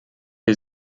wir